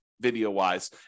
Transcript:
video-wise